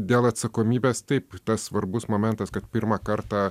dėl atsakomybės taip tas svarbus momentas kad pirmą kartą